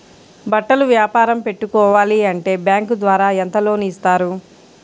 బట్టలు వ్యాపారం పెట్టుకోవాలి అంటే బ్యాంకు ద్వారా ఎంత లోన్ ఇస్తారు?